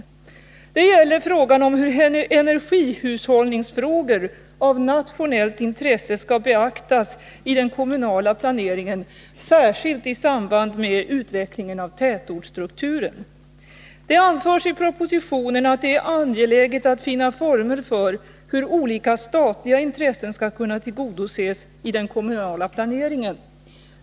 Det gäller hur energihushållningsfrågor av nationellt intresse skall beaktas i den kommunala planeringen, särskilt i samband med utvecklingen av tätortsstrukturen. Det framförs i propositionen att det är angeläget att finna former för hur olika statliga intressen skall kunna tillgodoses i den kommunala planeringen.